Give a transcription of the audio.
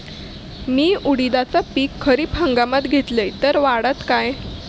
मी उडीदाचा पीक खरीप हंगामात घेतलय तर वाढात काय?